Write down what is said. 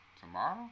Tomorrow